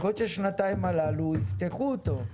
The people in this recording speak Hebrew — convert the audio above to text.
יכול להיות שהשנתיים הללו יפתחו אותו,